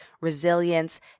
resilience